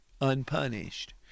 unpunished